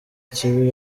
kibi